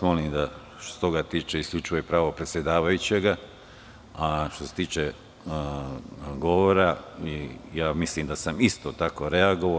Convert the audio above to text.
Molim vas, što se toga tiče, isključivo je pravo predsedavajućeg, a što se tiče govora, mislim da sam isto tako reagovao.